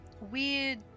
weird